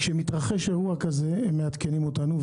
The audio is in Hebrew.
כשמתרחש אירוע כזה הם מעדכנים אותנו,